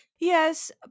Yes